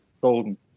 golden